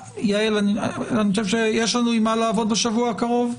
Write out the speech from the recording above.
יעל, אני חושב שיש לנו עם מה לעבוד בשבוע הקרוב?